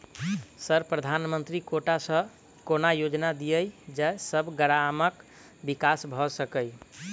Sir प्रधानमंत्री quota सऽ कोनो योजना दिय जै सऽ ग्रामक विकास भऽ सकै?